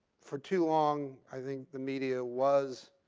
for too long i think the media was